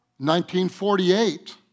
1948